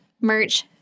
merch